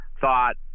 thought